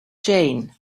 jane